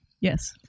Yes